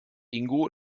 ingo